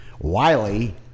Wiley